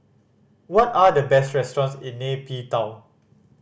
what are the best restaurants in Nay Pyi Taw